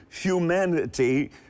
humanity